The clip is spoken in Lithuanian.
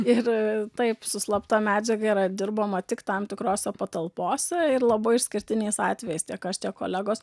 ir taip su slapta medžiaga yra dirbama tik tam tikrose patalpose ir labai išskirtiniais atvejais tiek aš tiek kolegos